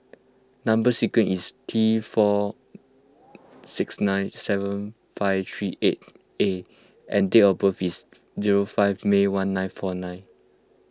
Number Sequence is T four six nine seven five three eight A and date of birth is zero five May one nine four nine